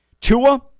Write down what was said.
Tua